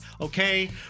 Okay